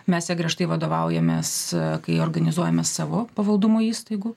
mes ja griežtai vadovaujamės kai organizuojame savo pavaldumo įstaigų